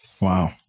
Wow